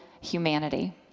humanity